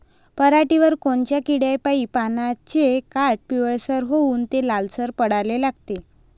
पऱ्हाटीवर कोनत्या किड्यापाई पानाचे काठं पिवळसर होऊन ते लालसर पडाले लागते?